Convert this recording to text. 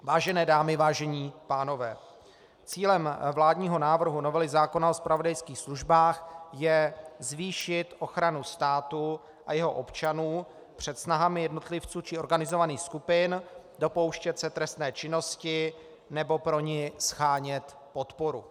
Vážené dámy, vážení pánové, cílem vládního návrhu novely zákona o zpravodajských službách je zvýšit ochranu státu a jeho občanů před snahami jednotlivců či organizovaných skupin dopouštět se trestné činnosti nebo pro ni shánět podporu.